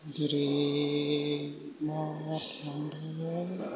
जेरै मा थांलांदों